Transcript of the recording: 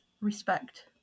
respect